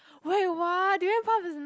wait what durian puffs is n~